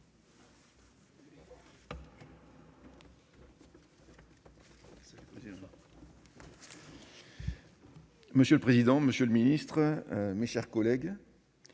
Monsieur le président, monsieur le ministre, mes chers collègues,